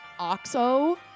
oxo